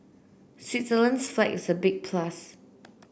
Switzerland's flag is a big plus